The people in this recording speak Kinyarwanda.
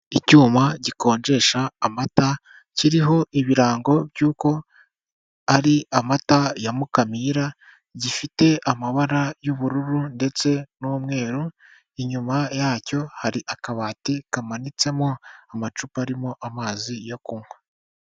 Icyuma gikonjesha amata kiriho ibirango by'uko ari amata ya Mukamira, gifite amabara y'ubururu ndetse n'umweru, inyuma yacyo hari akabati kamanitsemo amacupa arimo amazi yo kunywa.